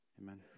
Amen